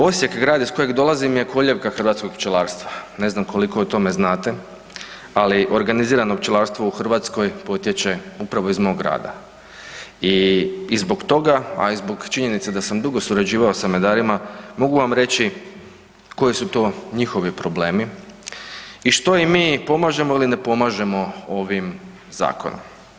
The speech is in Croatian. Osijek, grad iz kojeg dolazim je kolijevka hrvatskog pčelarstva, ne znam koliko o tome znate, ali organizirano pčelarstvo u Hrvatskoj potječe upravo iz mog grada i zbog toga, a i zbog činjenice da sam dugo surađivao sa medarima, mogu vam reći koji su to njihovi problemi i što i mi pomažemo ili ne pomažemo ovim zakonom.